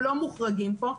הם לא מוחרגים כאן.